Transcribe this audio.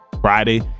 friday